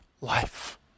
life